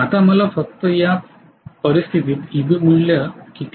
आता मला फक्त या परिस्थितीत Eb मूल्य किती आहे